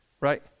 right